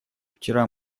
вчера